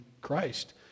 Christ